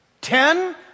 Ten